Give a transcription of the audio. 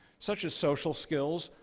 such as social skills,